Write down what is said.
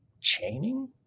chaining